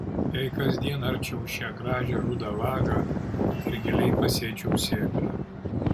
jei kasdien arčiau šią gražią rudą vagą ir giliai pasėčiau sėklą